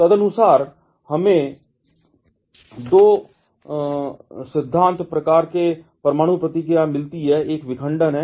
तदनुसार हमें 2 सिद्धांत प्रकार की परमाणु प्रतिक्रिया मिलती है एक विखंडन है